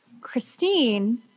Christine